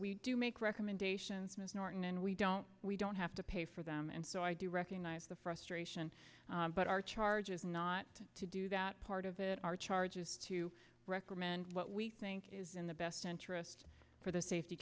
we do make recommendations ms norton and we don't we don't have to pay for them and so i do recognize the frustration but our charge is not to do that part of it our charge is to recommend what we think is in the best interest for the safety